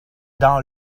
dans